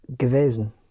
gewesen